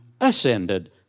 ascended